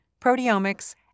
proteomics